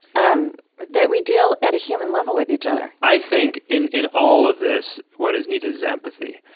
um that we deal at a human level with each other i think, in in all of this, what is needed is empathy.